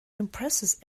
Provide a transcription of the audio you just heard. impresses